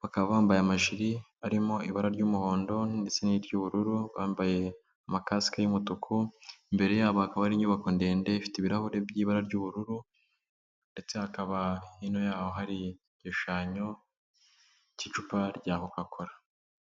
bakaba bambaye amajiri arimo ibara ry'umuhondo ndetse ni ry'ubururu bambaye amakasike y'umutuku imbere yabo hakaba hari inyubako ndende ifite ibirahuri by'ibara ry'ubururu ndetse hakaba hino yaho hari igishushanyo cy'icupa rya coca cola.